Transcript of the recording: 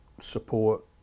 support